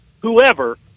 whoever